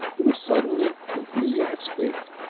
he was suddenly enthusiastic.